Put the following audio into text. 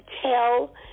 tell